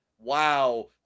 Wow